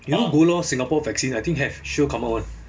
you know go now singapore vaccine I think have sure come out [one]